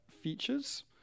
features